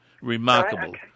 Remarkable